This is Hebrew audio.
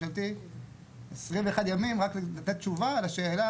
21 ימים רק לתת תשובה לשאלה